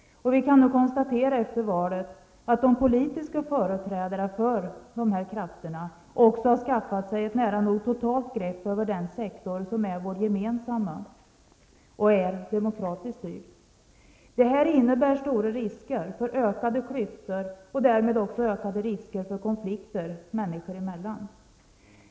Och vi kan konstatera att de politiska företrädarna för dessa krafter efter valet har skaffat sig ett nära nog totalt grepp också över den sektor som är vår gemensamma och är demokratiskt styrd. Det innebär stora risker för ökade klyftor och därmed ökade risker för konflikter människor emellan.